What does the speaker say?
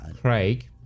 Craig